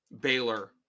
Baylor